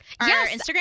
Yes